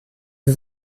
sie